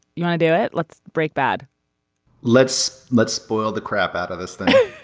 you got to do it. let's break bad let's let's spoil the crap out of this thing.